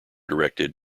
directed